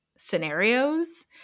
scenarios